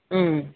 മ്മ്